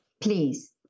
Please